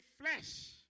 flesh